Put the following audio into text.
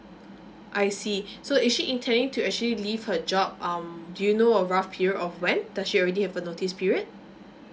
I see so is she intending to actually leave her job um do you know a rough period of when does she already have a notice period